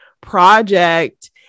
project